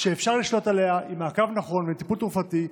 שאפשר לשלוט עליה עם מעקב נכון וטיפול תרופתי.